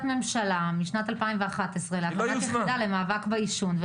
ממשלה משנת 2011 להקמת יחידה למאבק בעישון,